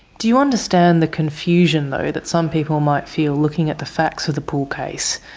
do you understand the confusion, though, that some people might feel, looking at the facts of the puhle case,